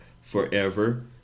forever